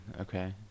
okay